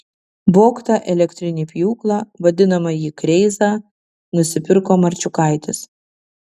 vogtą elektrinį pjūklą vadinamąjį kreizą nusipirko marčiukaitis